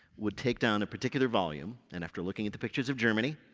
would take down a particular volume, and after looking at the pictures of germany,